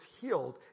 healed